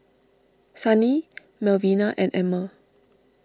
Sunny Melvina and Emmer